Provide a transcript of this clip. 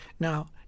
Now